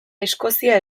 eskozia